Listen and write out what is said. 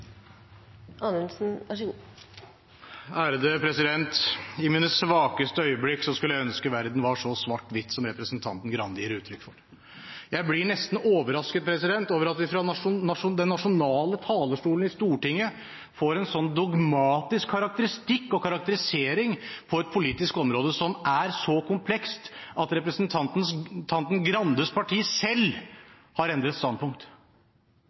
Grande gir uttrykk for. Jeg blir nesten overrasket over at vi fra den nasjonale talerstolen i Stortinget får en sånn dogmatisk karakteristikk og karakterisering på et politisk område som er så komplekst at representanten Grandes parti selv har endret standpunkt.